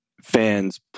fans